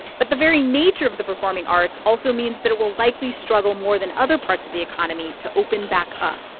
but the very nature of the performing arts also means that it will likely struggle more than other parts of the economy to open back up.